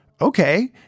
Okay